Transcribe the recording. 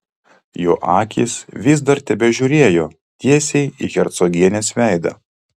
jo akys vis dar tebežiūrėjo tiesiai į hercogienės veidą